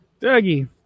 Dougie